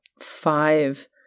five